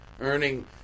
Earning